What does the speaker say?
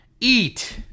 eat